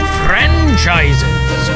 franchises